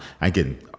again